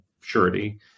surety